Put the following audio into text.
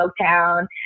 Smoketown